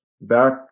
back